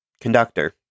conductor